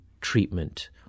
treatment